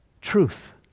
truth